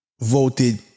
voted